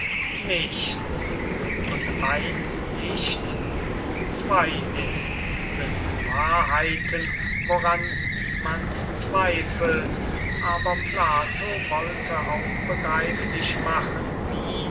nichts und eins nicht zwey ist sind wahrheiten woran niemand zweifelt aber plato wollte auch begreiflich machen wie